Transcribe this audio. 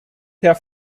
herr